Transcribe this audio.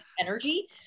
energy